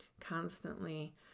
Constantly